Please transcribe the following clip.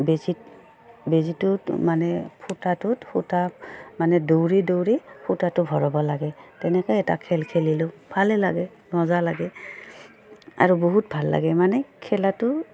বেজীত বেজীটোত মানে ফূতাটোত সূতা মানে দৌৰি দৌৰি সূতাটো ভৰাব লাগে তেনেকৈ এটা খেল খেলিলোঁ ভালে লাগে মজা লাগে আৰু বহুত ভাল লাগে মানে খেলাটো